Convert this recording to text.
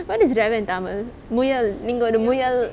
what is rabit in tamil முயல் நீங்க ஒரு முயல்:muyal ningga oru muyal